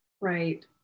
Right